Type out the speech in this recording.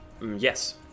Yes